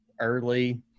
early